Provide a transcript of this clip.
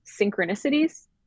synchronicities